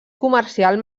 comercial